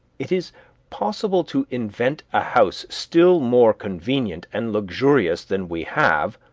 it is possible to invent a house still more convenient and luxurious than we have,